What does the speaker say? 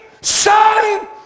son